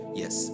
yes